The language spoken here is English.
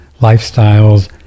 lifestyles